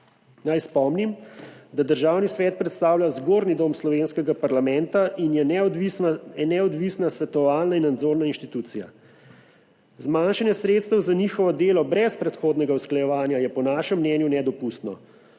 Naj spomnim, da Državni svet predstavlja zgornji dom slovenskega parlamenta in je neodvisna svetovalna in nadzorna inštitucija. Zmanjšanje sredstev za njihovo delo brez predhodnega usklajevanja je po našem mnenju nedopustno.